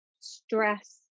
Stress